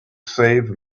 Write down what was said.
save